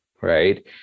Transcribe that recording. right